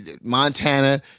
Montana